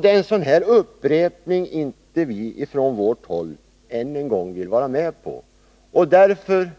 Det är en upprepning av detta som vi från vårt håll inte vill vara med om. Därför